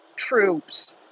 troops